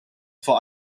for